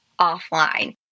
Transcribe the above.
offline